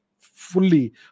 fully